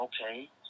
Okay